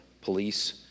police